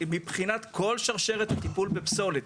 מבחינת כל שרשרת הטיפול בפסולת.